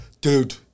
dude